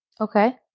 Okay